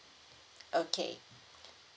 okay